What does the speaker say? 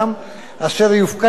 אשר יופקד ברובו,